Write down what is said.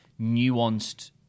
nuanced